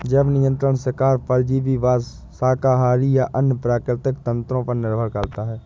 जैव नियंत्रण शिकार परजीवीवाद शाकाहारी या अन्य प्राकृतिक तंत्रों पर निर्भर करता है